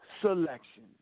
selection